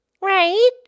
right